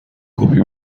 کپی